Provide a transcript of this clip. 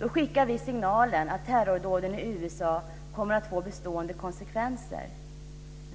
Då skickar vi signalen att terrordåden i USA kommer att få bestående konsekvenser.